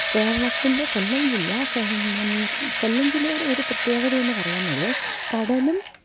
കേരളത്തിന്റെ കൊല്ലം ജില്ല കൊല്ലം ജില്ലയുടെ ഒരു പ്രത്യേകതയെന്ന് പറയുന്നത് കടലും